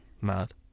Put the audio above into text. Mad